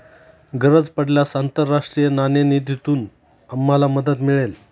गरज पडल्यास आंतरराष्ट्रीय नाणेनिधीतून आम्हाला मदत मिळेल